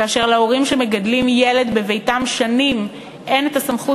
כאשר להורים שמגדלים במשך שנים ילד בביתם אין הסמכות